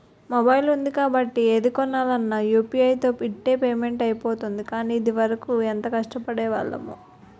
mobile ఉంది కాబట్టి ఏది కొనాలన్నా యూ.పి.ఐ తో ఇట్టే పేమెంట్ అయిపోతోంది కానీ, ఇదివరకు ఎంత కష్టపడేవాళ్లమో